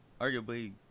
arguably